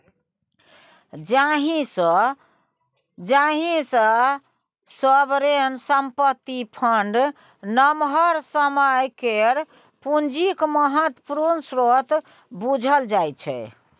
जाहि सँ सोवरेन संपत्ति फंड नमहर समय केर पुंजीक महत्वपूर्ण स्रोत बुझल जाइ छै